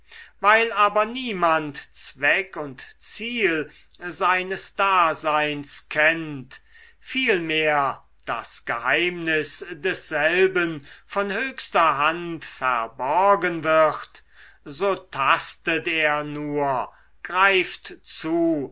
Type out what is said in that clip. weil aber niemand zweck und ziel seines daseins kennt vielmehr das geheimnis desselben von höchster hand verborgen wird so tastet er nur greift zu